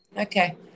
Okay